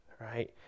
Right